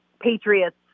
Patriots